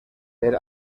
per